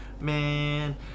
man